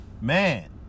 Man